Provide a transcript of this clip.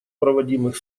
проводимых